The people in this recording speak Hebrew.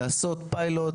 לעשות פיילוט